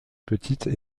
petites